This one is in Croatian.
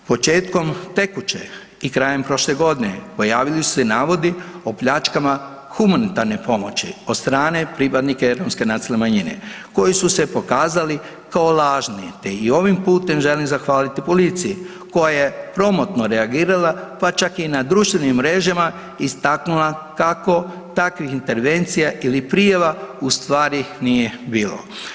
Početkom tekuće i krajem prošle godine pojavili su se navodi o pljačkama humanitarne pomoći od strane pripadnika romske nacionalne manjine koji su se pokazali kao lažni, te i ovim putem želim zahvaliti policiji koja je promotno reagirala, pa čak i na društvenim mrežama istaknula kako takvih intervencija ili prijava u stvari nije bilo.